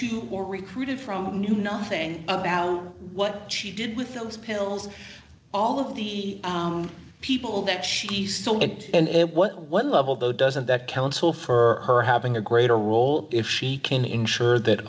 to or recruited from knew nothing about what she did with those pills all of the people that she saw it and it was one level though doesn't that count so for her having a greater role if she can ensure that